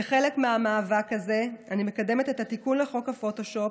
כחלק מהמאבק הזה אני מקדמת את התיקון לחוק הפוטושופ,